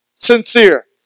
Sincere